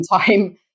time